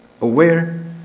aware